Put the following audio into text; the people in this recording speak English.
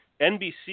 NBC